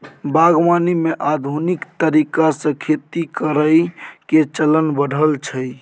बागवानी मे आधुनिक तरीका से खेती करइ के चलन बढ़ल छइ